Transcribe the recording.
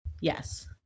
Yes